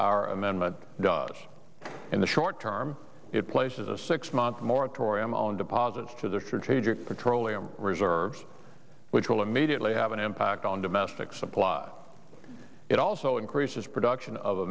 our amendment does in the short term it places a six month moratorium on deposits to their strategic petroleum reserves which will immediately have an impact on domestic supply it also increases production of